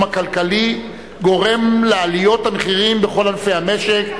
הכלכלי גורם לעליות המחירים בכל ענפי המשק",